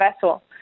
vessel